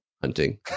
hunting